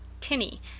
tinny